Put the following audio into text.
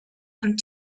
and